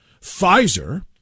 Pfizer